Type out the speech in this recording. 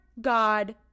God